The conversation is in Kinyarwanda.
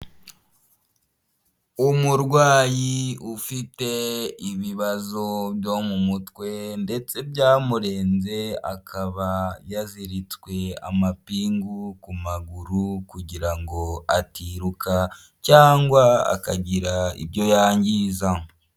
Umurwayi ufite ibibazo byo mu mutwe ndetse byamurenze akaba yaziritswe amapingu ku maguru kugira ngo atiruka cyangwa akagira ibyo yangiza.